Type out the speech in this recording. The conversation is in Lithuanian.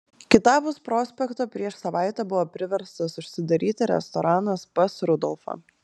kitapus prospekto prieš savaitę buvo priverstas užsidaryti restoranas pas rudolfą